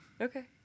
Okay